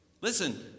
listen